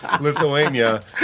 Lithuania